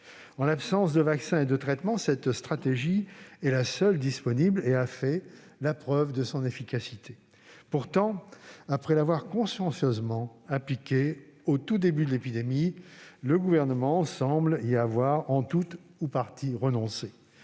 En l'absence de vaccins et de traitements, cette stratégie est la seule disponible et elle a fait la preuve de son efficacité. Pourtant, après l'avoir consciencieusement appliquée, au tout début de l'épidémie, le Gouvernement semble y avoir tout ou partie renoncé.